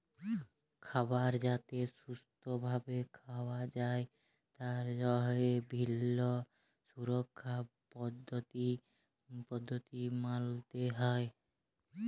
খাবার যাতে সুস্থ ভাবে খাওয়া যায় তার জন্হে বিভিল্য সুরক্ষার পদ্ধতি মালতে হ্যয়